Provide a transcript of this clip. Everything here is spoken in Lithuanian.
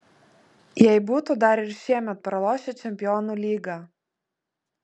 jei būtų dar ir šiemet pralošę čempionų lygą